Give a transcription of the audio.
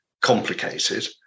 complicated